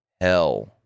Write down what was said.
hell